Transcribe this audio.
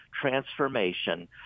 transformation